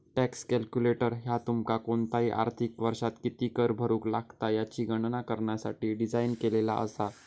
tax calculator ह्या तुमका कोणताही आर्थिक वर्षात किती कर भरुक लागात याची गणना करण्यासाठी डिझाइन केलेला असा